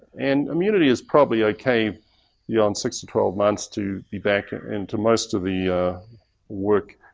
and immunity is probably okay beyond six to twelve months to be back into most of the work